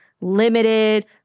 limited